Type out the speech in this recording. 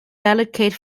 delicate